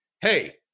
hey